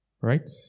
right